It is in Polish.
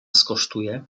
skosztuje